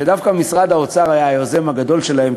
שדווקא משרד האוצר היה היוזם הגדול שלהם,